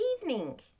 evening